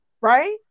right